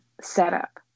setup